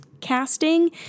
casting